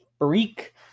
Freak